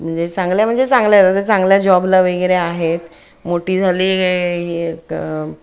म्हणजे चांगल्या म्हणजे चांगल्या आता चांगल्या जॉबला वगैरे आहेत मोठी झाली आहे क